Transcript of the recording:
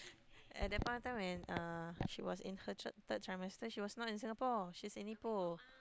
and that point of time when uh she was in her third third trimester she was not in Singapore she's in Ipoh